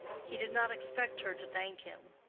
he did not expect her to thank him,